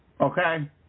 Okay